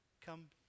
come